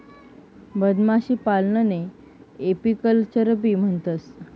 मधमाशीपालनले एपीकल्चरबी म्हणतंस